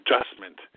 adjustment